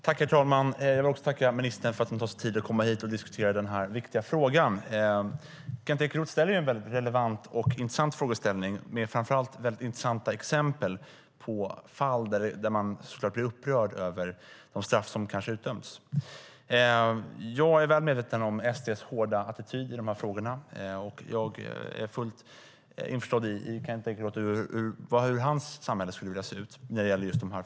Herr talman! Jag vill tacka ministern för att hon tar sig tid att komma hit och diskutera den här viktiga frågan. Kent Ekeroth ställer en mycket relevant och intressant fråga, och framför allt ger han mycket intressanta exempel på fall där man såklart blir upprörd över de straff som kanske utdömts. Jag är väl medveten om SD:s hårda attityd i dessa frågor och fullt införstådd med hur Kent Ekeroths samhälle skulle se ut när det gäller detta.